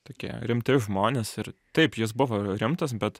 tokie rimti žmonės ir taip jis buvo rimtas bet